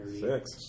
six